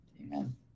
Amen